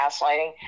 gaslighting